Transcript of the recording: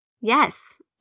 Yes